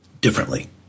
differently